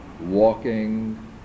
walking